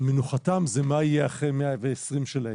מנוחתם זה מה יהיה אחרי 120 שלהם.